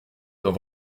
dans